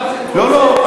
מה זה כל זה לעומת, לא, לא.